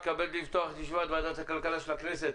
אני מתכבד לפתוח את ישיבת ועדת הכלכלה של הכנסת,